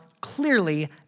clearly